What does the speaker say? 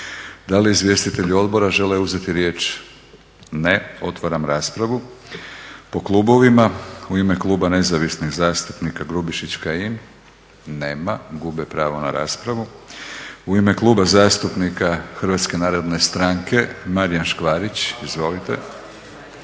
Da li izvjestitelji odbora žele uzeti riječ? Ne. Otvaram raspravu po klubovima. U ime kluba Nezavisnih zastupnika Grubišić-Kajin, nema. Gube pravo na raspravu. U ime Kluba zastupnika HNS-a Marijan Škvarić, izvolite.